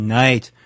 night